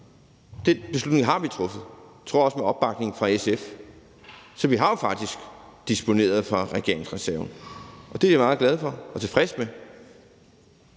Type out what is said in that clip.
Den beslutning har vi truffet– jeg tror også med opbakning fra SF. Så vi har jo faktisk disponeret fra regeringsreserven. Det er jeg meget glad for og tilfreds med.